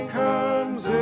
comes